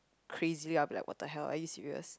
crazily I'll be like what the hell are you serious